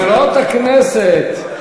חברות הכנסת.